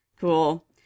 cool